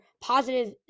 positive